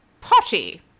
Potty